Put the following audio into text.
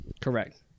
Correct